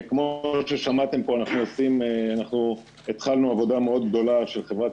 כמו ששמעתם פה התחלנו עבודה מאוד גדולה של חברת